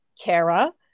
Kara